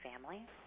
family